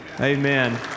Amen